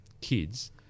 kids